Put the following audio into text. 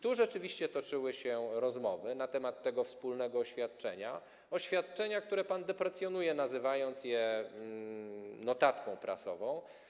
Tu rzeczywiście toczyły się rozmowy na temat wspólnego oświadczenia - oświadczenia, które pan deprecjonuje, nazywając je notatką prasową.